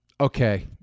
Okay